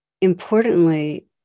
importantly